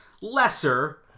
lesser